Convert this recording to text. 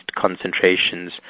concentrations